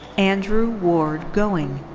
andrew ward going.